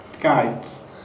Guides